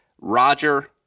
Roger